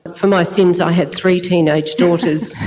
for my sins i had three teenage daughters